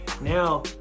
Now